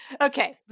Okay